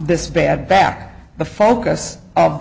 this bad back the focus of